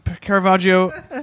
Caravaggio